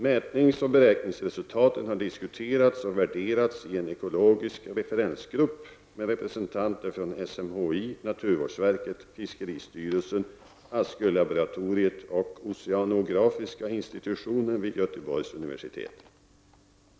Mätningsoch beräkningsresultaten har diskuterats och värderats i en ekologisk referensgrupp med representanter för SMHI, naturvårdsverket, fiskeristyrelsen, Askölaboratoriet och oceanografiska institutionen vid Göteborgs universitet.